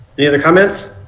any other comments?